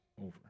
over